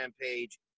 page